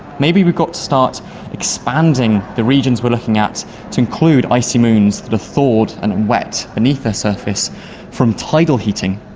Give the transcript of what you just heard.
maybe we've got to start expanding the regions we're looking at to include icy moons that are thawed and wet beneath the surface from tidal heating,